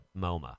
MoMA